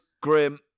grim